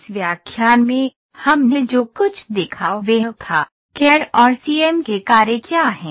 इस व्याख्यान में हमने जो कुछ देखा वह था कैड़ और सीएएम के कार्य क्या हैं